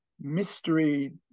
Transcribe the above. mystery